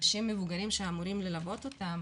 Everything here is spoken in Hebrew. אנשים מבוגרים שאמורים ללוות אותם